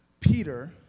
Peter